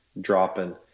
dropping